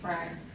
Right